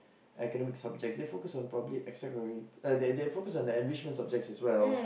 academic subject they focus on probably extra uh they they focus on enrichment program as well